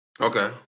Okay